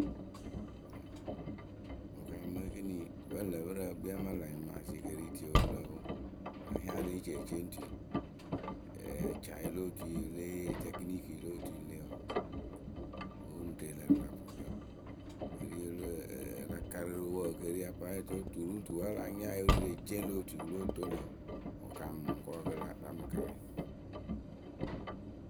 Wɨ kaamɨ ekini vǝ́ lǝ pɨrǝŋyǝ ekpii amaa la nyɩmaasɩ e ke ri tie o pɨrǝŋ o a la hiaŋ e lée ci eceŋtuyǝ. acayǝ lo otuyǝ e le yee tɛkiniki lo otui le wǝǝ wɨŋ re lǝ rɨ lä rɨ la vɔrʊrǝ. Wɨ ke ri la karɨ rǝ wɨ ke ri aparɛ tǝ tu ri ŋ tu wǝ́ a láa nya yee wɨ ri rɩ eceŋ lo otuyǝ wɨ lóo toŋ lǝ̈ wǝǝ. wɨ kaamɨ mɨŋkɔɔ kɨ la mɨ karɩ.